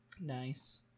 Nice